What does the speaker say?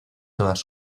todas